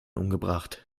umgebracht